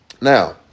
now